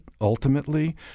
ultimately